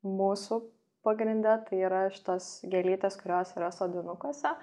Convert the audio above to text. mūsų pagrinde tai yra šitos gėlytės kurios yra sodinukuose